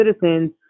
citizens